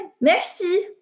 Merci